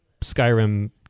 Skyrim